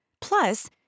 Plus